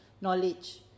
knowledge